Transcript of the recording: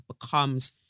becomes